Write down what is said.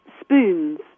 spoons